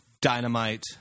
Dynamite